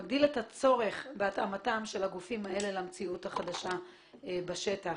שמגדיל את הצורך בהתאמתם של הגופים האלה למציאות החדשה בשטח.